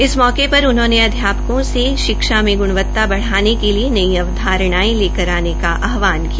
इस मौके पर उन्होंने अध्यापकों से भी शिक्षा में ग्णवता बढ़ाने के लिए नई अवधारणायें लेकर आने का आहवान किया